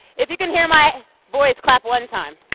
if you can hear my voice, clap one time.